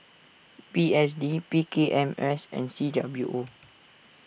P S D P K M S and C W O